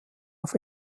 auf